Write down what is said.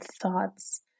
thoughts